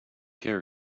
care